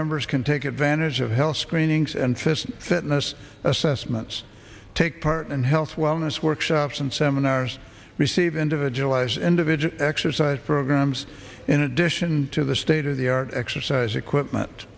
members can take advantage of health screenings and test fitness assessments take part in health wellness workshops and seminars receive individualize individual exercise programs in addition to the state of the art exercise equipment